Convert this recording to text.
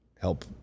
help